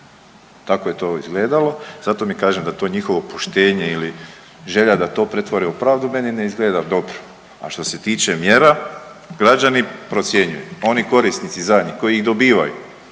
Tako je to izgledalo. Zato i kažem da to njihovo poštenje ili želja da to pretvore u pravdu meni ne izgleda dobro. A što se tiče mjera, građani procjenjuju, oni korisni zadnji koji ih dobivaju.